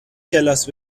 کلاس